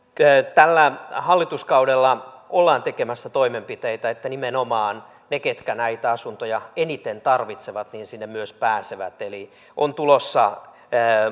tällä hallituskaudella ollaan tekemässä toimenpiteitä että nimenomaan ne ketkä näitä asuntoja eniten tarvitsevat sinne myös pääsevät eli on tulossa